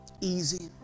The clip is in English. easy